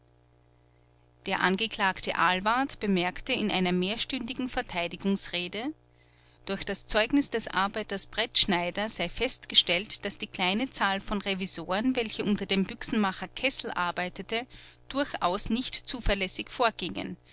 der angeklagte ahlwardt bemerkte in einer mehrstündigen verteidigungsrede durch das zeugnis des arbeiters brettschneider sei festgestellt daß die kleine zahl von revisoren welche unter dem büchsenmacher kessel arbeitete durchaus nicht zuverlässig vorgingen